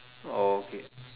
okay